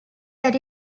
that